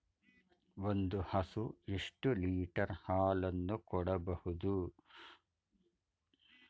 ಒಂದು ಹಸು ಎಷ್ಟು ಲೀಟರ್ ಹಾಲನ್ನು ಕೊಡಬಹುದು?